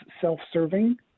self-serving